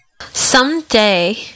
someday